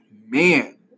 man